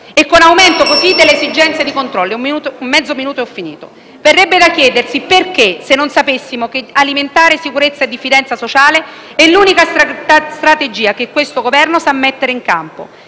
e con aumento così delle esigenze di controlli. Verrebbe da chiedersi perché, se non sapessimo che alimentare sicurezza e diffidenza sociale è l'unica strategia che questo Governo sa mettere in campo.